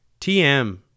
TM